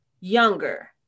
younger